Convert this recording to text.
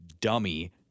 dummy